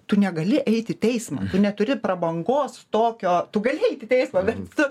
tu negali eit į teismą neturi prabangos tokio tu gali eiti į teismą bent